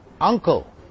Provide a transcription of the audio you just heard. uncle